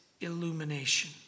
illumination